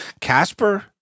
Casper